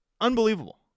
Unbelievable